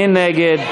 מי נגד?